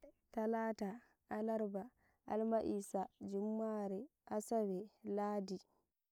Talata, Alaarba, Almahisa, Jummare, Asawe, Ladi